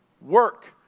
work